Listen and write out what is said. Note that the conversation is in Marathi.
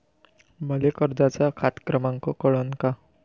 मले कर्जाचा खात क्रमांक कळन का?